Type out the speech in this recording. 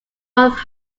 north